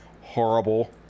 horrible